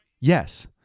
Yes